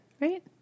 right